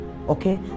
okay